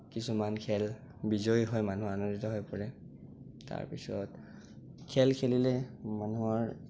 কিছুমান খেল বিজয়ী হৈ মানুহ আনন্দিত হৈ পৰে তাৰ পিছত খেল খেলিলে মানুহৰ